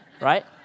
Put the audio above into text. right